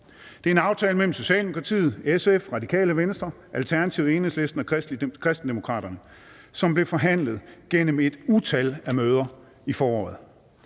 Det er en aftale mellem Socialdemokratiet, SF, Radikale Venstre, Alternativet, Enhedslisten og Kristendemokraterne, som blev forhandlet gennem et utal af møder i foråret.